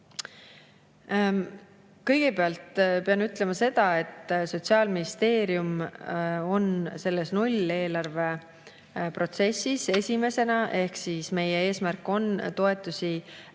Kõigepealt pean ütlema seda, et Sotsiaalministeerium on selles nulleelarve protsessis esimesena. Meie eesmärk on muuta